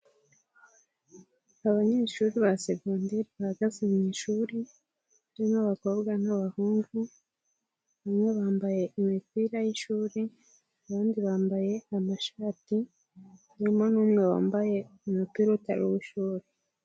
Abanyeshuri ba Secondaire bahagaze mu ishuri. Barimo abakobwa n'abahungu. Bamwe bambaye imipira y'ishuri abandi bambaye amashati. Harimo n'umwe wambaye umupira utari uw'ishuri.